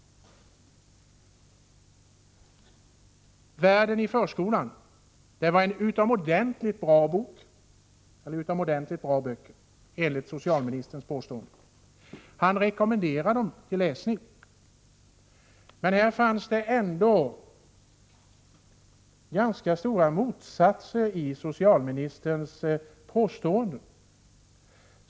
Världen i förskolan är utomordentligt bra böcker, enligt vad socialministern påstod. Han rekommenderar dem till läsning. Men här fanns det ändå ganska stora motsatser i socialministerns påståenden.